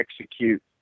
execute